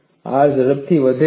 R ઝડપથી વધે છે